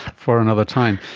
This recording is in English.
for another time,